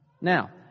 Now